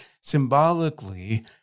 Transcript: symbolically